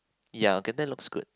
ya okay that looks good